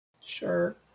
Sure